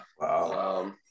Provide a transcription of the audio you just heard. Wow